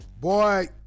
Boy